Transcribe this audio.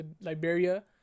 Liberia